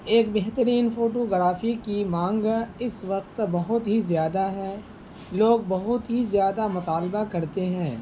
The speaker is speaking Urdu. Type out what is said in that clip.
ایک بہترین فوٹو گرافی کی مانگ اس وقت بہت ہی زیادہ ہے لوگ بہت ہی زیادہ مطالبہ کرتے ہیں